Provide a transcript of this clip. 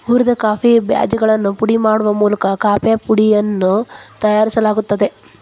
ಹುರಿದ ಕಾಫಿ ಬೇಜಗಳನ್ನು ಪುಡಿ ಮಾಡುವ ಮೂಲಕ ಕಾಫೇಪುಡಿಯನ್ನು ತಯಾರಿಸಲಾಗುತ್ತದೆ